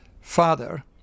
father